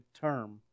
term